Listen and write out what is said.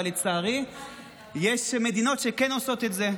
אבל לצערי יש מדינות שכן עושות את זה.